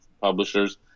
publishers